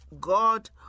God